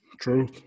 True